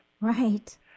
Right